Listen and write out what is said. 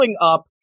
up